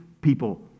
people